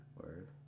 Word